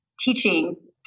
teachings